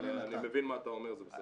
אבל אני מבין מה אתה אומר, זה בסדר.